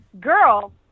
girl